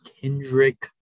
Kendrick